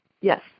Yes